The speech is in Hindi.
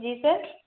जी सर